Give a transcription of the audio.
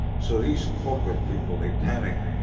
so these corporate people, they panic.